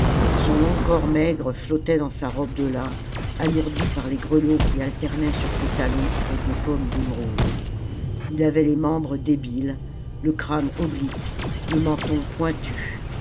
son long corps maigre flottait dans sa robe de lin alourdie par les grelots qui alternaient sur ses talons avec des pommes d'émeraude il avait les membres débiles le crâne oblique le menton pointu